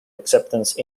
acceptance